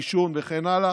דישון וכן הלאה.